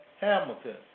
Hamilton